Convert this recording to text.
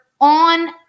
on